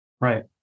Right